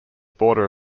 border